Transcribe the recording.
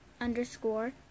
underscore